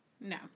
No